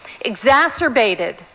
exacerbated